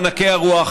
ענקי הרוח,